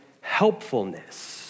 helpfulness